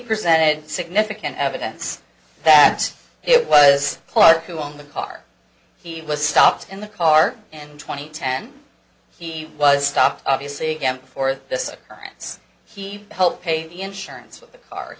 presented significant evidence that it was clark who on the car he was stopped in the car and twenty ten he was stopped obviously again for this occurrence he helped pay the insurance for the car